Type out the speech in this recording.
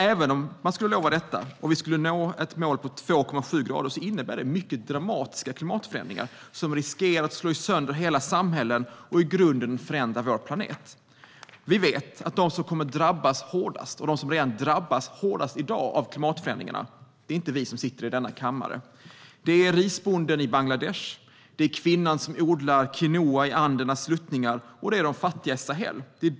Även om vi skulle nå ett mål på 2,7 grader innebär det mycket dramatiska klimatförändringar som riskerar att slå sönder hela samhällen och i grunden förändra vår planet. Vi vet att de som kommer att drabbas hårdast av klimatförändringarna, och som redan i dag drabbas hårdast, inte är vi som är i denna kammare. Det är risbonden i Bangladesh, det är kvinnan som odlar quinoa på Andernas sluttningar och det är de fattiga i Sahel.